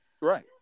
Right